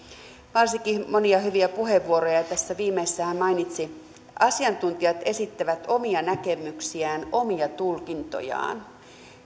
varsinkin monia hyviä puheenvuoroja tässä viimeisessä hän mainitsi että asiantuntijat esittävät omia näkemyksiään omia tulkintojaan